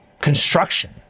construction